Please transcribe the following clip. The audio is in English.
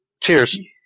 Cheers